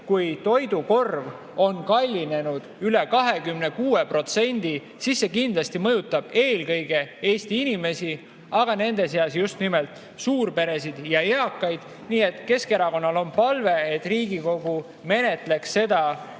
kui toidukorv on kallinenud üle 26%, kindlasti mõjutab eelkõige Eesti inimesi, aga nende seas eriti just nimelt suurperesid ja eakaid. Nii et Keskerakonnal on palve, et Riigikogu menetleks seda